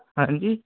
ਹਾਂਜੀ